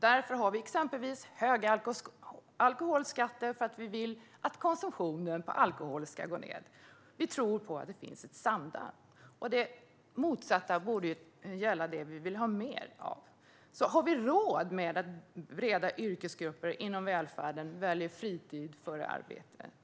Vi har exempelvis höga alkoholskatter för att vi vill att konsumtionen av alkohol ska gå ned. Vi tror att det finns ett samband. Det motsatta borde ju gälla det vi vill ha mer av. Har vi råd med att breda yrkesgrupper inom välfärden väljer fritid före arbete?